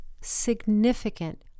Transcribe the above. significant